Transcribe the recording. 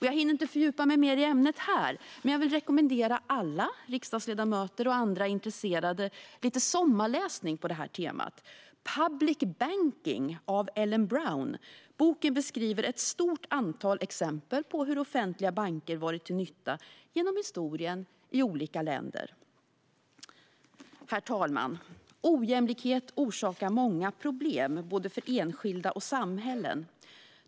Jag hinner inte fördjupa mig i ämnet här, men jag vill rekommendera alla riksdagsledamöter och andra intresserade lite sommarläsning på detta tema: The Public Bank Solution av Ellen Brown. Boken beskriver ett stort antal exempel på hur offentliga banker varit till nytta genom historien i olika länder. Herr talman! Ojämlikhet orsakar många problem både för enskilda och för samhällen.